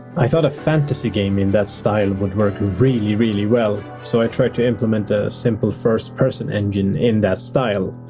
i thought a fantasy game in that style would work really really well, so i tried to implement a simple first person engine in that style,